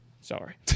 Sorry